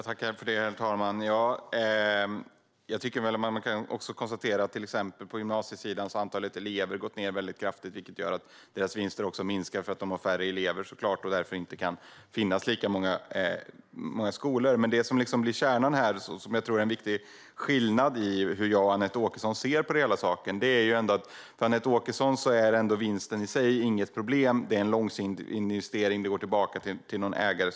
Herr talman! Man kan också konstatera att antalet elever på gymnasiesidan har gått ned kraftigt, vilket gör att vinsterna minskar eftersom de har färre elever. Därför finns det inte lika många skolor. Den viktiga skillnaden i hur jag och Anette Åkesson ser på den här frågan är att för henne är vinsten i sig inte något problem, utan det är en långsiktig investering som går tillbaka till ägaren.